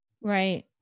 Right